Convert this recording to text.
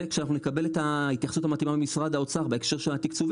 וכשאנחנו נקבל את ההתייחסות המתאימה ממשרד האוצר בהקשר של התקצוב,